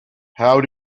how